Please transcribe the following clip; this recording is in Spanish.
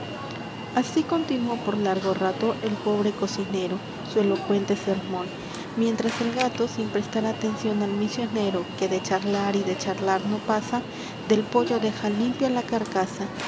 así continuó por largo rato el pobre cocinero su elocuente sermón mientras el gato sin prestar atención al misionero que de charlar y de charlar no pasa del pollo deja limpia la carcasa